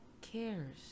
cares